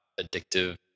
addictive